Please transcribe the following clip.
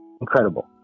incredible